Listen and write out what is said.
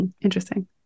interesting